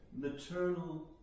maternal